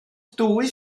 dwy